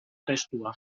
testua